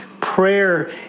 prayer